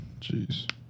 Jeez